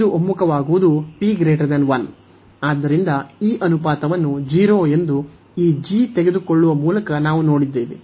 ಆದ್ದರಿಂದ ಈ ಅನುಪಾತವನ್ನು 0 ಎಂದು ಈ g ತೆಗೆದುಕೊಳ್ಳುವ ಮೂಲಕ ನಾವು ನೋಡಿದ್ದೇವೆ